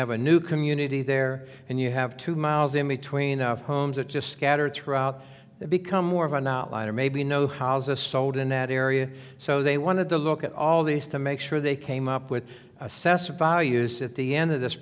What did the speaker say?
have a new community there and you have two miles in between of homes it just scattered throughout become more of an outline or maybe you know houses sold in that area so they wanted to look at all these to make sure they came up with assessor values at the end of this